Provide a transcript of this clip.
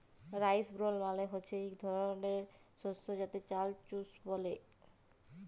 rice ব্রল মালে হচ্যে ইক ধরলের শস্য যাতে চাল চুষ ব্যলে